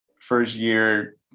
First-year